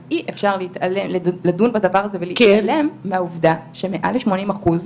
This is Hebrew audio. אבל אי אפשר לדון בדבר הזה ולהתעלם מהעובדה שמעל ל-80 אחוז,